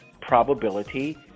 probability